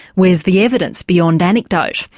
where's the evidence beyond anecdote?